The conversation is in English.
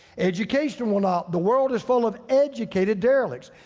education will not. the world is full of educated derelicts.